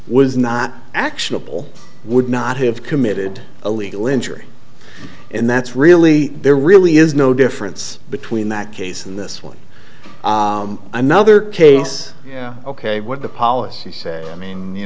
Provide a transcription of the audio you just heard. was not actionable would not have committed a legal injury and that's really there really is no difference between that case and this one another case yeah ok what the policy said i mean you